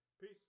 Peace